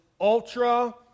ultra